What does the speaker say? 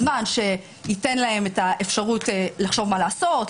זמן שייתן להן את האפשרות לחשוב מה לעשות,